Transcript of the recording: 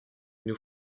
nous